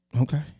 Okay